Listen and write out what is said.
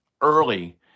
early